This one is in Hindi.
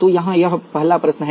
तो यहाँ यह पहला प्रश्न है